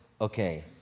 okay